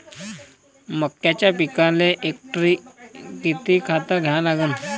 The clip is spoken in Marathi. मक्याच्या पिकाले हेक्टरी किती खात द्या लागन?